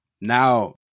now